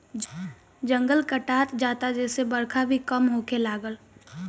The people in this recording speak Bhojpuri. जंगल कटात जाता जेसे बरखा भी कम होखे लागल